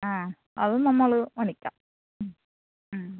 ആ അത് നമ്മൾ മേടിക്കാം